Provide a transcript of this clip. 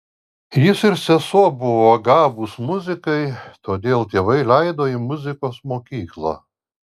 jis ir sesuo buvo gabūs muzikai todėl tėvai leido į muzikos mokyklą